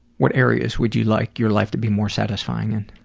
what areas would you like your life to be more satisfying in?